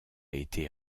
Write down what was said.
été